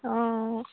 অঁ